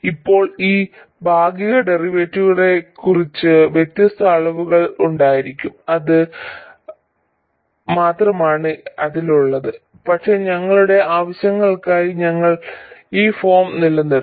അപ്പോൾ ഈ ഭാഗിക ഡെറിവേറ്റീവുകൾക്ക് വ്യത്യസ്ത അളവുകൾ ഉണ്ടായിരിക്കും അത് മാത്രമാണ് അതിൽ ഉള്ളത് പക്ഷേ ഞങ്ങളുടെ ആവശ്യങ്ങൾക്കായി ഞങ്ങൾ ഈ ഫോം നിലനിർത്തും